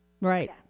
Right